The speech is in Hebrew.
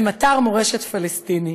הם אתר מורשת פלסטיני.